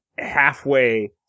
halfway